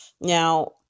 now